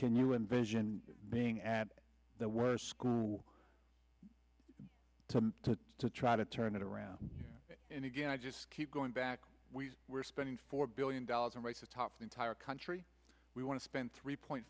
can you envision being at the worst school to to to try to turn it around and again i just keep going back we were spending four billion dollars and isotopic entire country we want to spend three point